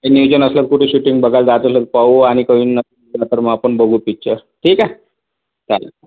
नियोजन असेल कुठं शूटिंग बघायला जायचं असलं पाहू आणि नंतर मग आपण बघू पिच्चर ठीक आहे चालेल